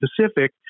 Pacific